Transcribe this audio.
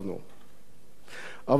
אבל לך היו משימות לבצע.